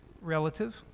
relative